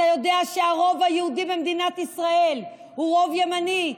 אתה יודע שהרוב היהודי במדינת ישראל הוא רוב ימני,